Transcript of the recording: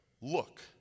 Look